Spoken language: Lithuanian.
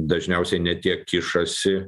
dažniausiai ne tiek kišasi